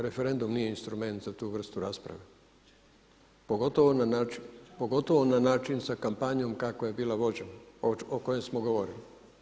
Referendum nije instrument za tu vrstu rasprave pogotovo na način sa kampanjom kako je bila vođena, o kojoj smo govorili.